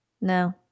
No